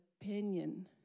opinion